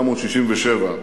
ב-1967.